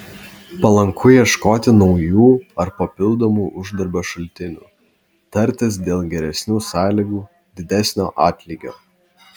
palanku ieškoti naujų ar papildomų uždarbio šaltinių tartis dėl geresnių sąlygų didesnio atlygio